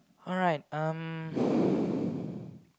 alright um